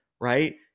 Right